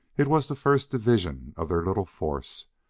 it was the first division of their little force,